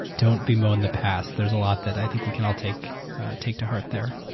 don't bemoan the past. there's a lot that i think we can all take take to heart there.